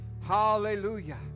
Hallelujah